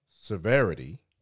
severity